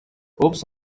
oops